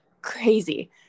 crazy